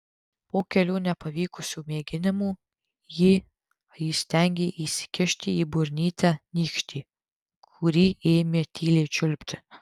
po kelių nepavykusių mėginimų ji įstengė įsikišti į burnytę nykštį kurį ėmė tyliai čiulpti